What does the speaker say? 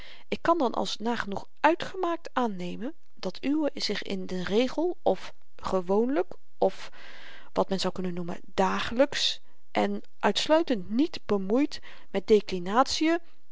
voorafgaat ik kan dan als nagenoeg uitgemaakt aannemen dat uwe zich in den regel of gewoonlyk of wat men zou kunnen noemen dagelyks en uitsluitend niet bemoeit met